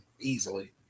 easily